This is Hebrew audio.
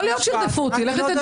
בית המשפט כבר קבע.